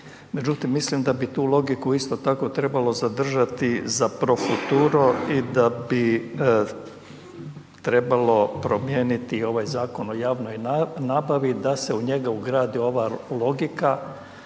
Međutim, mislim da bi tu logiku isto tako trebalo zadržati za profuturo i da bi trebalo promijeniti ovaj Zakon o javnoj nabavi, da se u njega ugradi ova logika